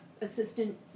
assistant